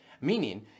meaning